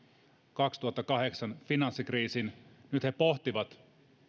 kaksituhattakahdeksan finanssikriisin pohtivat nyt